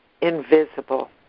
invisible